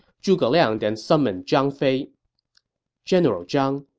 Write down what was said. zhuge liang then summoned zhang fei general zhang,